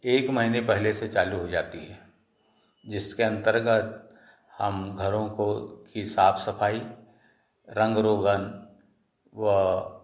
एक महीने पहले से चालू हो जाती है जिसके अंतर्गत हम घरों को की साफ़ सफ़ाई रंग रोगन व